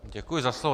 Děkuji za slovo.